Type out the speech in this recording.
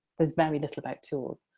there's very little about tools.